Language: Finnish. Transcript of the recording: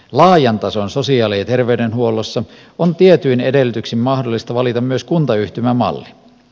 laajan tason sosiaali ja terveydenhuollossa on tietyin edellytyksin mahdollista valita myös kuntayhtymämalli